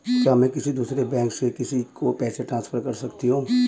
क्या मैं किसी दूसरे बैंक से किसी को पैसे ट्रांसफर कर सकती हूँ?